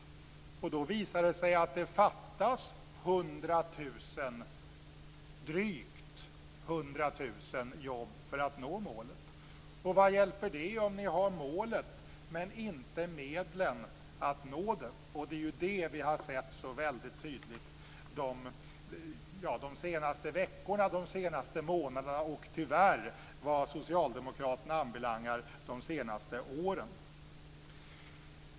Då visar det sig att det fattas drygt 100 000 jobb för att nå målet. Vad hjälper det om ni har målet men inte medlen att nå det. Det är det vi har sett så väldigt tydligt de senaste veckorna, de senaste månaderna och tyvärr, vad socialdemokraterna anbelangar, de senaste åren.